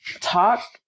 talk